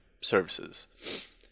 services